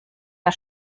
der